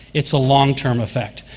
it's a long-term effect.